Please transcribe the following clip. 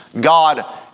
God